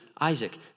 Isaac